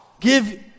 Give